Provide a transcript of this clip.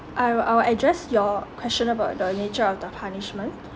I will I will address your question about the nature of the punishment